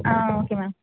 ah okay ma'am